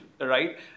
right